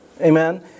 amen